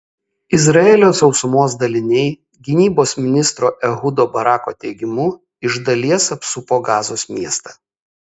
izraelio sausumos daliniai gynybos ministro ehudo barako teigimu iš dalies apsupo gazos miestą